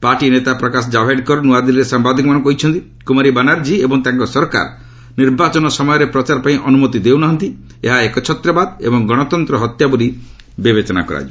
party ନେତା ପ୍ରକାଶ କାଭଡ଼େକର ନୂଆଦିଲ୍ଲୀରେ ସାମ୍ଭାଦିକମାନଙ୍କ କହିଛନ୍ତି କ୍ରମାରୀ ବାନାର୍ଜୀ ଏବଂ ତାଙ୍କ ସରକାର ନିର୍ବାଚନ ସମୟରେ ପ୍ରଚାର ପାଇଁ ଅନ୍ତମତି ଦେଉନାହାନ୍ତି ଏହା ଏକଚ୍ଚତ୍ରବାଦ ଏବଂ ଗଣତନ୍ତ୍ରର ହତ୍ୟା ବୋଲି ବିବେଚନା କରାଯିବ